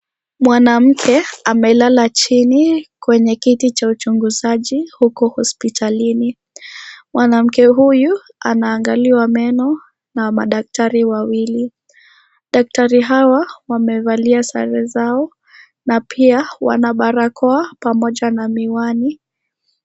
Mwanamke amelala chini, kwenye kiti cha uchunguzi huko hospitalini. Mwanamke huyu anaangaliwa meno na madaktari wawili. Daktari hawa wamevalia sare zao, na pia wana barakoa pamoja na miwani.